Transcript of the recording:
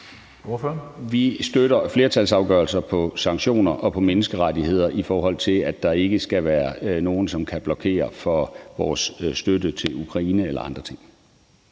Vi støtter flertalsafgørelser på sanktioner og på menneskerettigheder, i forhold til at der ikke skal være nogen, som kan blokere for vores støtte til Ukraine eller andre ting.